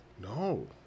No